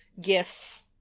gif